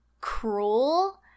cruel